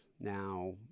now